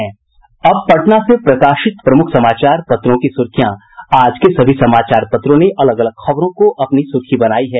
अब पटना से प्रकाशित प्रमुख समाचार पत्रों की सुर्खियां आज के सभी समाचार पत्रों ने अलग अलग खबरों को अपनी सुर्खी बनायी है